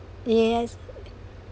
yes